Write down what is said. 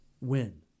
win